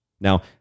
Now